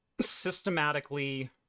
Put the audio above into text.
systematically